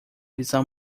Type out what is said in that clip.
visão